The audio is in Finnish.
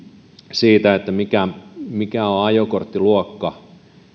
siitä mikä mikä on ajokorttiluokka